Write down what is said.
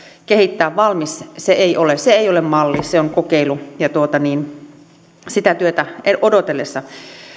kehittää valmis se ei ole se ei ole malli se on kokeilu ja sitä työtä odotellessa